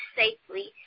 safely